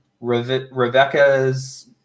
Rebecca's